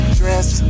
dress